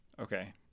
Okay